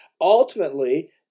ultimately